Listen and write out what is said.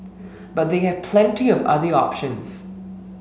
but they have plenty of other options